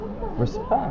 respect